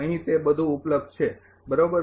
અહીં તે બધું ઉપલબ્ધ છે બરાબર